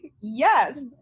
Yes